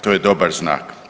To je dobar znak.